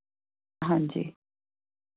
ਹਾਂਜੀ